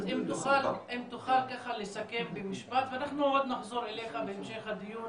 אז אם תוכל לסכם במשפט ואנחנו עוד נחזור אליך בהמשך הדיון